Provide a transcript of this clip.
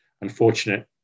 unfortunate